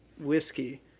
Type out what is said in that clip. whiskey